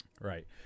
right